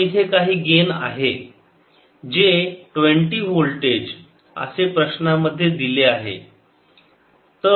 पण इथे काही गेन आहे जे 20 वोल्टेज असे प्रश्ना मध्ये दिले आहे